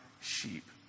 sheep